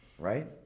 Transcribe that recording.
Right